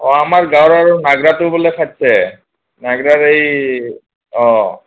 অ আমাৰ গাঁৱৰ আৰু নাগাৰাটো বোলে ফাটিছে নাগাৰাৰ এই অ